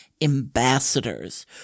ambassadors